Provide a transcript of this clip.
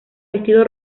vestido